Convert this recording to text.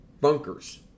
bunkers